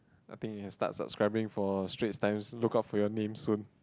I think you can start subscribing for Straits Times look out for your name soon